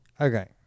okay